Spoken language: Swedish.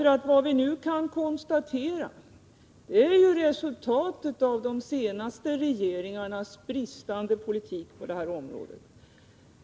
Vad vi nu ser är ju resultatet av de senaste regeringarnas bristande politik på detta område.